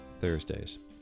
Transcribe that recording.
Thursdays